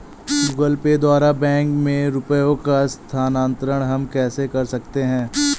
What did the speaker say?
Google Pay द्वारा bank में रुपयों का स्थानांतरण हम कैसे कर सकते हैं?